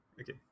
okay